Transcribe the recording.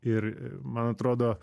ir man atrodo